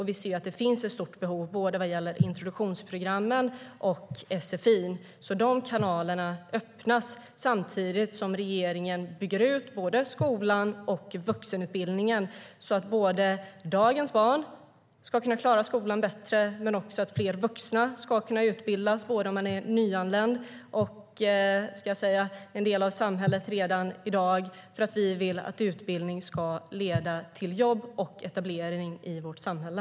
Vi ser att det finns ett stort behov vad gäller introduktionsprogrammen och sfi, så de kanalerna öppnas, samtidigt som regeringen bygger ut både skolan och vuxenutbildningen, så att dagens barn ska kunna klara skolan bättre men också så att fler vuxna ska kunna utbildas både när man är nyanländ och när man redan är en del av samhället. Vi vill ju att utbildning ska leda till jobb och etablering i vårt samhälle.